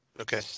Okay